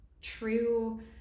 true